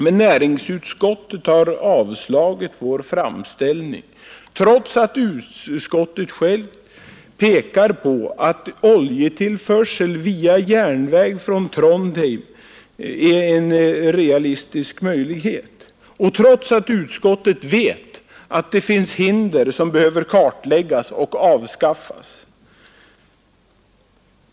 Men näringsutskottet har avstyrkt vår framställning trots att utskottet självt pekar på att oljetillförsel via järnväg från Trondheim är en realistisk möjlighet och trots att utskottet vet att det finns hinder som behöver kartläggas och avskaffas.